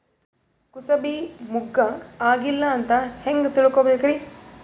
ಕೂಸಬಿ ಮುಗ್ಗ ಆಗಿಲ್ಲಾ ಅಂತ ಹೆಂಗ್ ತಿಳಕೋಬೇಕ್ರಿ?